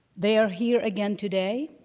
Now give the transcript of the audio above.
they're here again today.